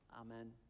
Amen